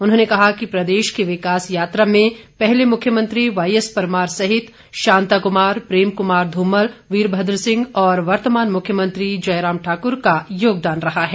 उन्होंने कहा कि प्रदेश की विकास यात्रा में पहले मुख्यमंत्री वाई एस परमार सहित शांताकुमार प्रेम कुमार धूमल वीरभद्र सिंह और वर्तमान मुख्यमंत्री जयराम ठाकुर का योगदान रहा है